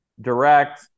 direct